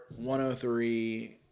103